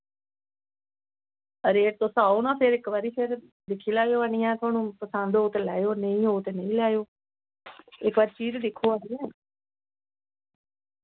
अरे तुस आओ ना फिर इक बारी फिर दिक्खी लैएओ आह्नियै थुहानूं पसंद होग ते लैएओ नईं होग ते नेईं लैएओ इक बारी चीज दिक्खो आह्नियै